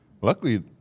Luckily